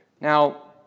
Now